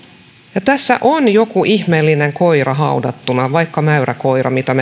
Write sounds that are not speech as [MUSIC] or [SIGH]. ja tässä on joku ihmeellinen koira haudattuna vaikka mäyräkoira mitä [UNINTELLIGIBLE]